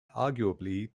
arguably